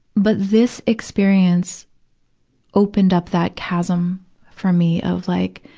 but this experience opened up that chasm for me of like,